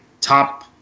top